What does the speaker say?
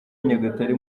nyagatare